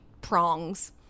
prongs